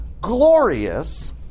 glorious